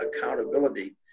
accountability